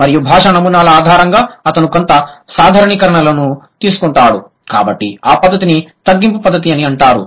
మరియు భాషా నమూనాల ఆధారంగా అతను కొంత సాధారణీకరణను తీసుకుంటాడు కాబట్టి ఆ పద్ధతిని తగ్గింపు పద్ధతి అని అంటారు